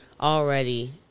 already